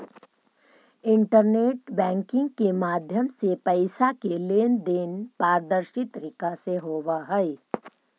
internet banking के माध्यम से पैइसा के लेन देन पारदर्शी तरीका से होवऽ हइ